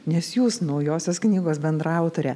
nes jūs naujosios knygos bendraautorė